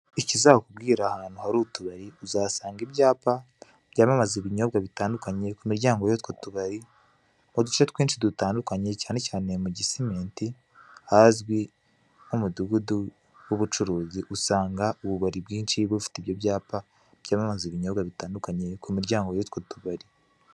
Ikizakubwira ahantu hari utubari uzahasanga ibyapa byamamaza ibinyobwa bitandukanye ku miryango y'utwo tubari, mu duce twinshi dutandukanye cyane cyane Mugisimenti hazwi nk'umudugudu w'ubucuruzi usanga ububari bwinshi bufite ibyo byapa byamamaza ibyinyobwa bitandukanye ku miryango y'utwo tubari.